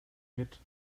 mit